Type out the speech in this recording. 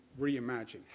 reimagine